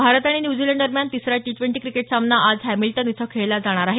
भारत आणि न्यूझीलंडदरम्यान तिसरा टी द्वेंटी क्रिकेट सामना आज हॅमिल्टन इथं खेळला जाणार आहे